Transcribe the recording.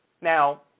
Now